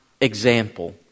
example